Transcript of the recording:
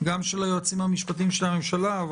גם של היועצים המשפטיים של הממשלה אבל